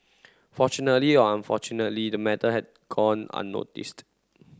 fortunately or unfortunately the matter had gone unnoticed